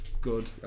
Good